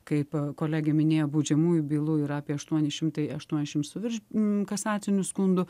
kaip kolegė minėjo baudžiamųjų bylų yra apie aštuoni šimtai aštuoniasdešim su virš kasacinių skundų